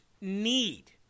need